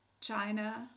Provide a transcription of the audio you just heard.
China